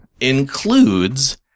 includes